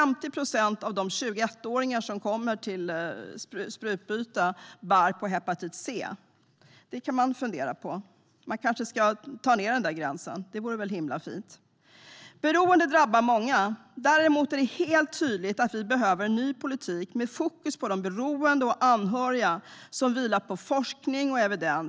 50 procent av de 21-åringar som kommer för att byta sprutor bär på hepatit C-virus. Det kan man fundera på. Man kanske ska sänka åldersgränsen för sprutbyte. Det vore fint. Beroende drabbar många. Däremot är det helt tydligt att vi behöver en ny politik med fokus på de beroende och deras anhöriga som vilar på forskning och evidens.